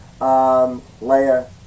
Leia